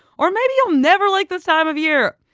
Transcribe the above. or maybe you'll never like this time of year.